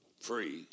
free